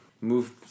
move